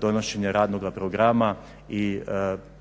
donošenje radnoga programa i raspravama